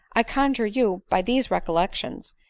i conjure you by these recollections,